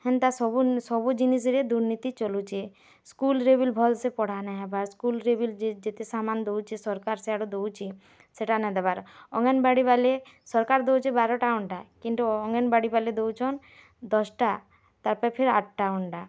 ହେନ୍ତା ସବୁଜିନିଷ୍ରେ ଦୁର୍ନୀତି ଚଲୁଚେ ସ୍କୁଲ୍ରେ ବି ଭଲସେ ପଢ଼ା ନାଇହବାର୍ ସ୍କୁଲ୍ ରେ ବି ଯେତେ ସାମାନ୍ ଦଉଚେ ସରକାର୍ ସିଆଡ଼ୁ ଦଉଚେ ସେଟା ନାଇଦବାର୍ ଅଙ୍ଗନ୍ବାଡ଼ି ବାଲେ ସରକାର୍ ଦଉଚେ ବାରଟା ଅଣ୍ଡା କିନ୍ତୁ ଅଙ୍ଗନ୍ବାଡ଼ିବାଲେ ଦଉଚନ୍ ଦଶ୍ଟା ତାପରେ ଫିର୍ ଆଠଟା ଅଣ୍ଡା